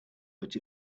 but